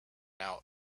out